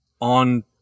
on